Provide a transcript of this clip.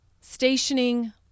stationing